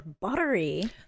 buttery